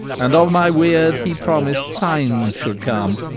and of my weird he promised signs should come,